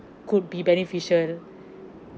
could be beneficial